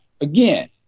Again